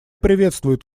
приветствует